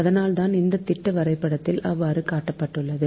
அதனால்தான் இந்த திட்ட வரைபடத்தில் அவ்வாறு காட்டப்பட்டுள்ளது